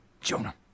Jonah